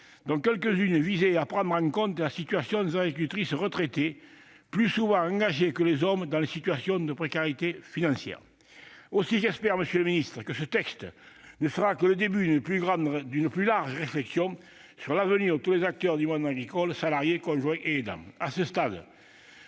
dont quelques-unes visaient à prendre en compte la situation des agricultrices retraitées qui sont placées plus souvent que les hommes dans des situations de précarité financière. Aussi, j'espère, monsieur le secrétaire d'État, que ce texte ne sera que le début d'une plus large réflexion sur l'avenir de tous les acteurs du monde agricole- salariés, conjoints et aidants. À ce stade,